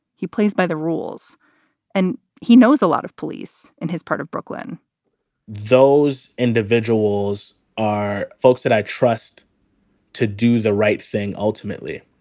he plays by the rules and he knows a lot of police in his part of brooklyn those individuals are folks that i trust to do the right thing. ultimately.